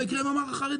ומה יקרה עם המע"ר החרדי?